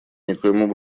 никоим